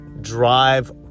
drive